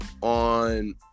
on